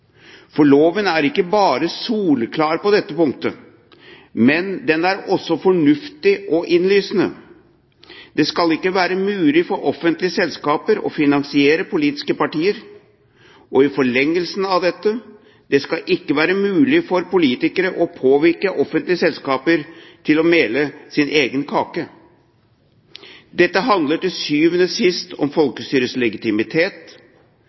For loven er ikke bare soleklar på dette punktet, men den er også fornuftig og innlysende. Det skal ikke være mulig for offentlige selskaper å finansiere politiske partier, og i forlengelsen av dette: Det skal ikke være mulig for politikere å påvirke offentlige selskaper til å mele sin egen kake. Dette handler til syvende og sist om folkestyrets legitimitet.